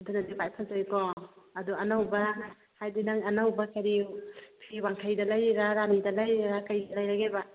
ꯑꯗꯨꯅꯗꯤ ꯈ꯭ꯋꯥꯏ ꯐꯖꯩꯀꯣ ꯑꯗꯨ ꯑꯅꯧꯕ ꯍꯥꯏꯗꯤ ꯅꯪ ꯑꯅꯧꯕ ꯀꯔꯤ ꯐꯤ ꯋꯥꯡꯈꯩꯗ ꯂꯩꯔꯤꯔꯥ ꯔꯥꯅꯤꯗ ꯂꯩꯔꯤꯔꯥ ꯀꯔꯤꯗ ꯂꯩꯔꯒꯦꯕ